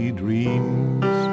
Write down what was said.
dreams